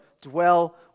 dwell